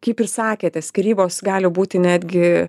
kaip ir sakėte skyrybos gali būti netgi